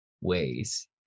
ways